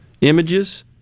images